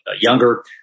younger